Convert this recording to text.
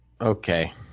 Okay